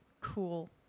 Cool